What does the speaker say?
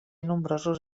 nombrosos